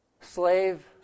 slave